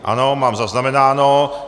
Ano, mám zaznamenáno.